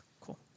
Cool